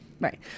Right